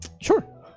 Sure